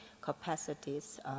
capacities